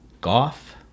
Goff